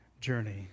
journey